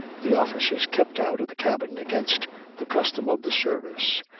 the officers kept out of the cabin against the custom of the service,